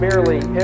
Merely